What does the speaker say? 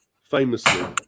famously